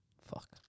Fuck